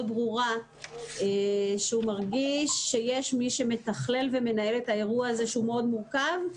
ברורה שהוא מרגיש שיש מי שמתכלל ומנהל את האירוע המאוד מורכב הזה.